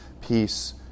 peace